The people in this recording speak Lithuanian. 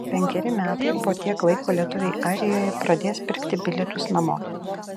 penkeri metai po tiek laiko lietuviai airijoje pradės pirkti bilietus namo